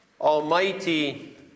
Almighty